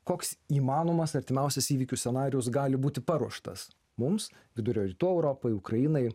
koks įmanomas artimiausias įvykių scenarijus gali būti paruoštas mums vidurio rytų europai ukrainai